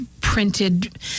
printed